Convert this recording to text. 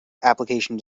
application